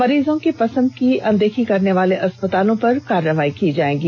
मरीजों की पसंद की अनदेख करने वाले अस्पतालों पर कार्रवाई की जाएगी